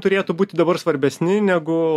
turėtų būti dabar svarbesni negu